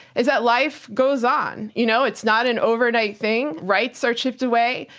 is that life goes on. you know? it's not an overnight thing. rights are chipped away,